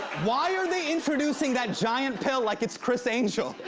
why are they introducing that giant pill like it's criss angel?